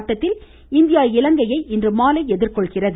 ஆட்டத்தில் இந்தியா இலங்கையை இன்றுமாலை எதிர்கொள்கிறது